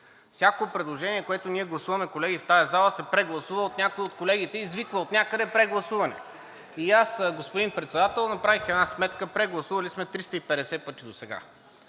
Всяко предложение, което ние гласуваме, колеги, в тази зала се прегласува. Някой от колегите извиква отнякъде: „прегласуване“. Аз, господин Председател, направих една сметка – прегласували сме 350 пъти досега.